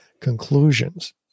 conclusions